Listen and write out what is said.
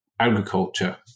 agriculture